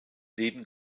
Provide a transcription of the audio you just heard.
leben